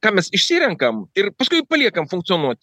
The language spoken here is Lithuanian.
ką mes išsirenkam ir paskui paliekam funkcionuoti